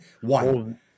one